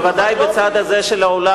בוודאי בצד הזה של האולם,